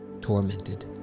tormented